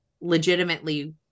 legitimately